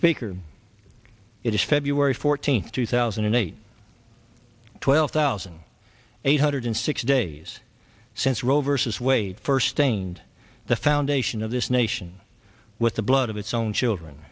speaker it is february fourteenth two thousand and eight twelve thousand eight hundred six days since roe versus wade first stained the foundation of this nation with the blood of its own children